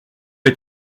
est